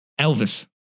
Elvis